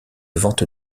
vente